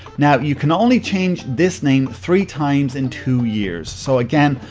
now, you can only change this name three times in two years. so, again,